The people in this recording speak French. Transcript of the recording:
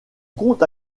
compte